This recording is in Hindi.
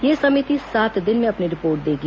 यह समिति सात दिन में अपनी रिपोर्ट देगी